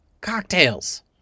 Cocktails